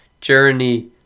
journey